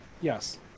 Yes